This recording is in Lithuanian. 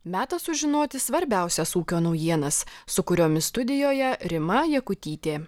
metas sužinoti svarbiausias ūkio naujienas su kuriomis studijoje rima jakutytė